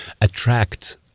attract